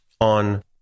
on